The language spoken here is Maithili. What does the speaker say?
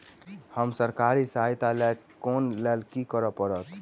हमरा सरकारी सहायता लई केँ लेल की करऽ पड़त?